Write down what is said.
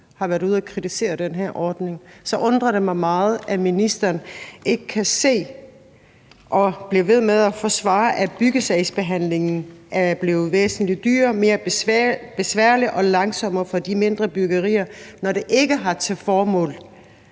har været ude at kritisere den her ordning, undrer det mig meget, at ministeren ikke kan se det og bliver ved med at forsvare, at byggesagsbehandlingen er blevet væsentlig dyrere, mere besværlig og langsommere for de mindre byggerier, når det ikke har til formål